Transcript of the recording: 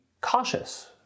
cautious